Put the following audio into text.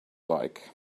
like